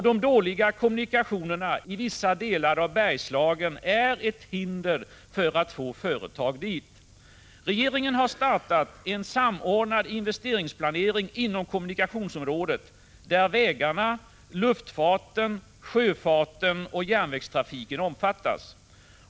De dåliga kommunikationerna i vissa delar av Bergslagen är ett hinder för att få företag dit. Regeringen har startat en samordnad investeringsplanering inom kommunikationsområdet, där vägarna, luftfarten, sjöfarten och järnvägstrafiken omfattas.